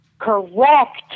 Correct